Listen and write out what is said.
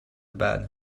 bed